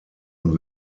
und